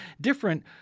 different